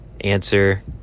answer